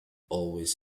always